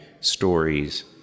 stories